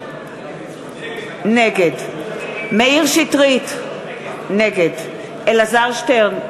נגד מאיר שטרית, נגד אלעזר שטרן,